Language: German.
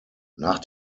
nach